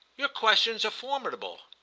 your questions are formidable,